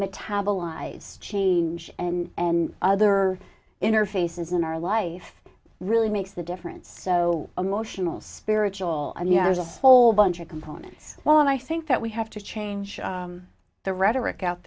metabolize change and and other interfaces in our life really makes the difference so emotional spiritual and you know there's a whole bunch of components well and i think that we have to change the rhetoric out